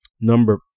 Number